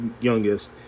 youngest